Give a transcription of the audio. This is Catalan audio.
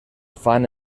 fan